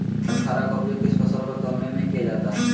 बाटखरा का उपयोग किस फसल को तौलने में किया जाता है?